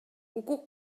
укук